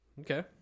Okay